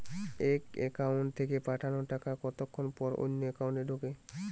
এক একাউন্ট থেকে পাঠানো টাকা কতক্ষন পর অন্য একাউন্টে ঢোকে?